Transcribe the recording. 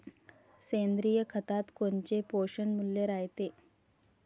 सेंद्रिय खतात कोनचे पोषनमूल्य रायते?